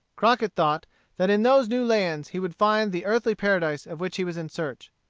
crockett thought that in those new lands he would find the earthly paradise of which he was in search.